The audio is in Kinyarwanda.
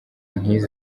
nk’izi